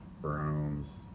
Browns